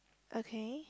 okay